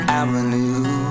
avenue